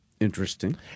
Interesting